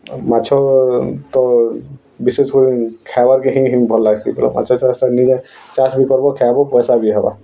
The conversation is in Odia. ମାଛ ତ ବିଶେଷ୍ କରି ଖାଇବାରକେ ହିଁ ଭଲ୍ ଲାଗ୍ସି ମାଛ ଚାଷଟା ନିଜେ ଚାଷ୍ ବି କର୍ବ ଖାଏବ ପଏସା ବି ହେବା